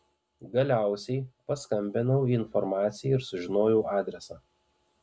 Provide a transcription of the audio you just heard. galiausiai paskambinau į informaciją ir sužinojau adresą